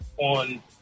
on